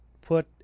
Put